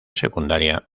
secundaria